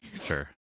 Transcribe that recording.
Sure